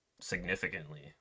significantly